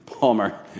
Palmer